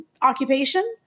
Occupation